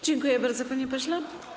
Dziękuję bardzo, panie pośle.